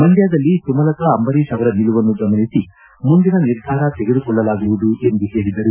ಮಂಡ್ಕದಲ್ಲಿ ಸುಮಲತಾ ಅಂಬರೀಷ್ ಅವರ ನಿಲುವನ್ನು ಗಮನಿಸಿ ಮುಂದಿನ ನಿರ್ಧಾರ ತೆಗೆದುಕೊಳ್ಳಲಾಗುವುದು ಎಂದು ಹೇಳಿದರು